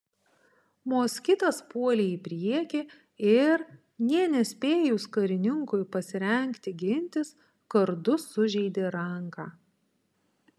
moskitas puolė į priekį ir nė nespėjus karininkui pasirengti gintis kardu sužeidė ranką